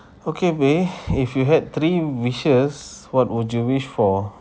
okay babe if you had three wishes what would you wish for